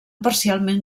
parcialment